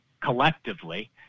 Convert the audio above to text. collectively